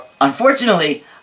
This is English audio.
Unfortunately